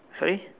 sorry